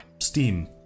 Steam